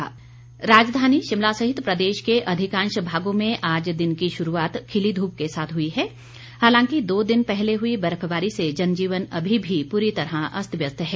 मौसम राजधानी शिमला सहित प्रदेश के अधिकांश भागों में आज दिन की शुरूआत खिली धूप के साथ हुई है हालांकि दो दिन पहले हुई बर्फबारी से जनजीवन अभी भी पूरी तरह अस्त व्यस्त है